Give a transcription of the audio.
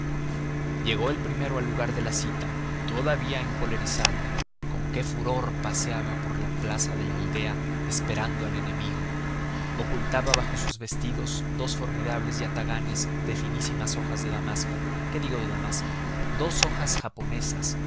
llegó el primero al lugar de la cita todavía encolerizado con qué furor paseaba por la plaza de la aldea esperando al enemigo ocultaba bajo sus vestidos dos formidable yataganes de finísimas hojas de damasco qué digo de damasco dos hojas japonesas